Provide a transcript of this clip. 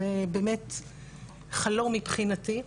זה באמת חלום מבחינתי.